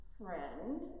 friend